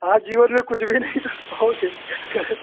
आप जीवन में कुछ भी नहीं कर पाओगे कर